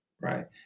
right